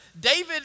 David